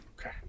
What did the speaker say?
Okay